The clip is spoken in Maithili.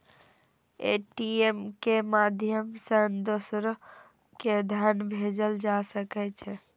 ए.टी.एम के माध्यम सं दोसरो कें धन भेजल जा सकै छै